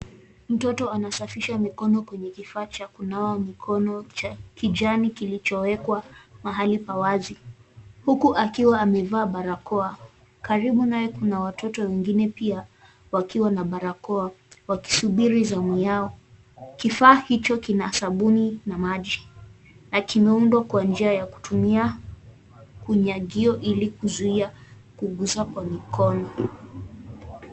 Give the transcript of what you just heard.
Mtoto anasafisha mikono kwenye kifaa cha kunawa mikono cha kijani kilichowekwa mahali pa wazi, huku akiwa amevaa barakoa. Karibu naye kuna watoto wengine pia, wakiwa na barakoa, wakisubiri zamu yao. Kifaa hicho kina sabuni na maji, na kimeundwa kwa njia ya kutumia unyagio ili kuzuia kuguzwa kwa mikono.